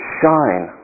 shine